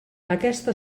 aquesta